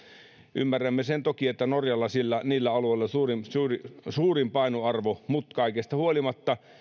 ymmärrämme toki sen että norjalla on niillä alueilla suurin painoarvo mutta kaikesta huolimatta